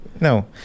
no